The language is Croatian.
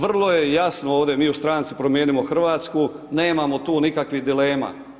Vrlo je jasno ovdje, mi u stranci Promijenimo Hrvatsku nemamo tu nikakvih dilema.